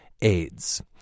AIDS